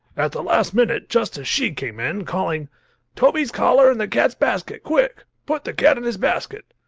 at the last minute just as she came in, calling toby's collar and the cat's basket! quick! put the cat in his basket!